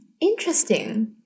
Interesting